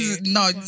No